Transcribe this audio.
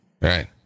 Right